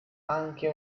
anche